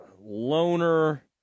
Loner